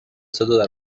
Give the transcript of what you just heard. صدا